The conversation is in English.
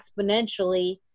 exponentially